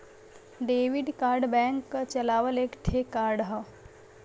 debit card bank क चलावल एक ठे कार्ड हौ